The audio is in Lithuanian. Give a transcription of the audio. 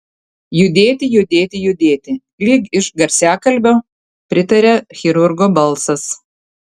judėti judėti judėti lyg iš garsiakalbio pritaria chirurgo balsas